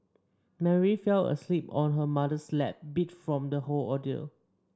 Mary fell asleep on her mother's lap beat from the whole ordeal